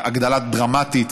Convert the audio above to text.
הגדלה דרמטית.